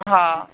हा